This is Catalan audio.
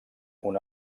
una